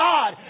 God